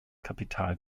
kapital